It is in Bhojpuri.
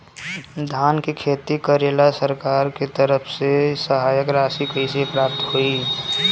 धान के खेती करेला सरकार के तरफ से सहायता राशि कइसे प्राप्त होइ?